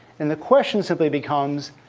and the question simply becomes,